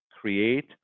create